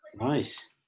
nice